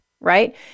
right